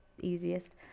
easiest